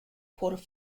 quarter